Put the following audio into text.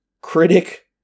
critic